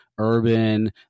urban